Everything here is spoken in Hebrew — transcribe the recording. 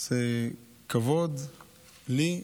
זה כבוד לי,